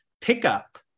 pickup